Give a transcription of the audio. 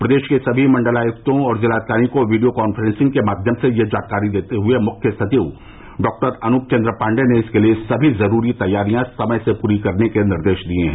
प्रदेश के सभी मंडलायुक्तों और जिलाधिकारियों को वीडियो कांफ्रेसिंग के माध्यम से यह जानकारी देते हुए मुख्य सचिव डॉ अनूप चन्द्र पाण्डेय ने इसके लिए सभी ज़रूरी तैयारियां समय से पूरे करने के निर्देश दिये हैं